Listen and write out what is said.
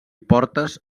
portes